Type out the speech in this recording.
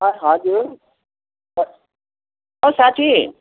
ह हजुर अ ओ साथी